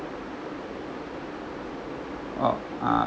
oh uh